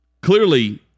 Clearly